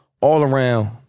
all-around